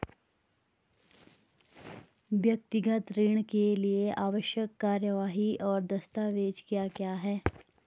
व्यक्तिगत ऋण के लिए आवश्यक कार्यवाही और दस्तावेज़ क्या क्या हैं?